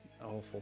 awful